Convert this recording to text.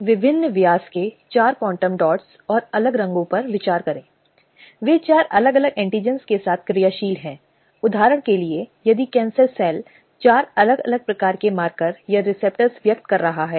हालाँकि हमें यह समझना चाहिए कि इन परिस्थितियों को यौन उत्पीड़न की परिभाषा के साथ पढ़ा जाना चाहिए इसलिए यदि यह शारीरिक संपर्क या अग्रिम उपचार हानिकारक उपचार धमकी आदि के वादे के साथ है तो इसे एक पहलू या यौन उत्पीड़न का एक कार्य के रूप में पढ़ा जा सकता है